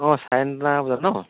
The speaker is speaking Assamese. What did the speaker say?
অঁ চাৰে নটা বজাত ন